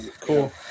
cool